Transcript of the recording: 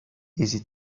easy